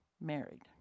married